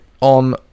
on